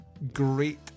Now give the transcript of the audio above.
great